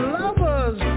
lovers